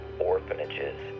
orphanages